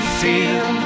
feel